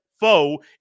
foe